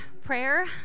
prayer